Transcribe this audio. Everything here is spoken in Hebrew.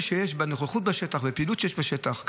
שיש בנוכחות בשטח ובפעילות שיש בשטח,